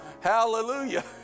Hallelujah